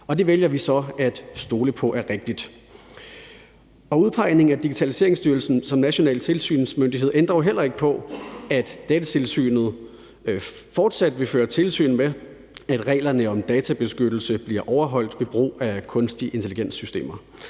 det vælger vi så at stole på er rigtigt. Og udpegningen af Digitaliseringsstyrelsen som national tilsynsmyndighed ændrer jo heller ikke på, at Datatilsynet fortsat vil føre tilsyn med, at reglerne om databeskyttelse bliver overholdt ved brug af systemer